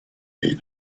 made